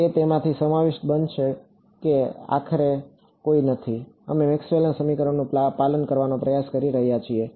તે તેમાં સમાવિષ્ટ બનાવશે કે આખરે કોઈ નથી અમે મેક્સવેલના સમીકરણોનું પાલન કરવાનો પ્રયાસ કરી રહ્યા છીએ